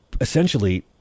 Essentially